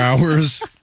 hours